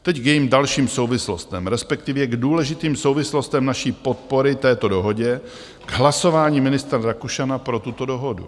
Teď k jejím dalším souvislostem, respektive k důležitým souvislostem naší podpory této dohodě, k hlasování ministra Rakušana pro tuto dohodu.